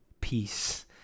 peace